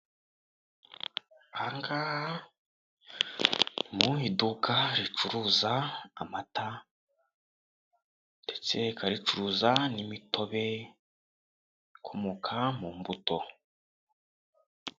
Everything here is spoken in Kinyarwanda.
Aha ngaha ni mu iduka ricuruza amata ndetse rikabaka ricuruza n'imitobe ikomoka ku mbuto.